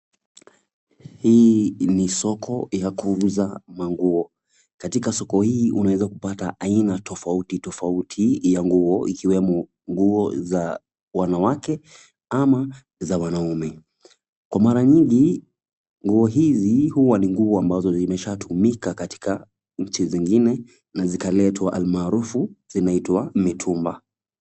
Hii ni soko ya kuuza manguo. Katika soko hii, unaweza kupata aina tofauti tofauti ya nguo ikiwemo nguo za wanawake ama za wanaume. Kwa mara nyingi nguo hizi huwa ni nguo ambazo zimeshatumika katika nchi zingine na zikaletwa almaarufu zinaitwa mitumba.